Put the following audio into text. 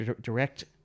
direct